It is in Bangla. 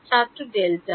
ছাত্র ডেল্টা